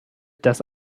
das